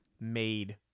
made